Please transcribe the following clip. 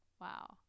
Wow